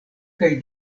kaj